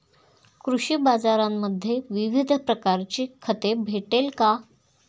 कृषी बाजारांमध्ये विविध प्रकारची खते भेटेल का?